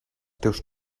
teus